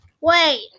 Wait